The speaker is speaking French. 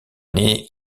née